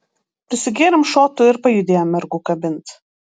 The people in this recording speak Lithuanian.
prisigėrėm šotų ir pajudėjom mergų kabint